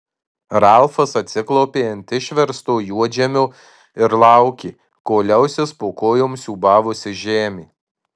ralfas atsiklaupė ant išversto juodžemio ir laukė kol liausis po kojom siūbavusi žemė